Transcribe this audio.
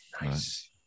Nice